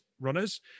runners